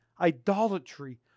idolatry